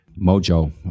mojo